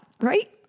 right